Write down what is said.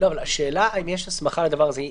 השאלה אם יש הסמכה לדבר הזה.